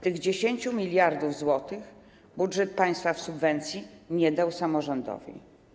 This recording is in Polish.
Tych 10 mld zł budżet państwa w subwencji nie dał samorządowi.